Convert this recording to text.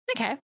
Okay